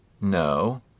no